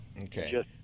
Okay